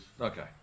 Okay